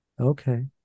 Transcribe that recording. okay